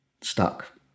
stuck